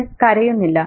അവൻ കരയുന്നില്ല